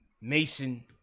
Mason